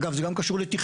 אגב זה גם קשור לתכנון,